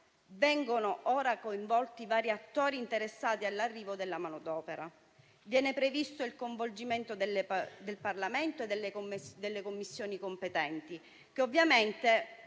vengono coinvolti vari attori interessati all'arrivo della manodopera. Viene previsto il coinvolgimento del Parlamento e delle Commissioni competenti, che ovviamente